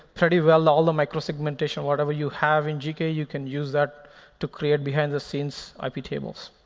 pretty well. all the microsegmentation, whatever you have in gke, you can use that to create, behind the scenes iptables.